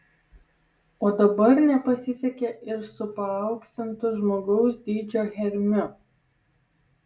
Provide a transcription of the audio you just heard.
o dabar nepasisekė ir su paauksintu žmogaus dydžio hermiu